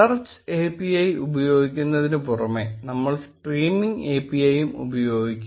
search API ഉപയോഗിക്കുന്നതിനു പുറമെ നമ്മൾ സ്ട്രീമിങ് API യും ഉപയോഗിക്കും